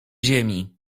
ziemi